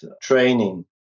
training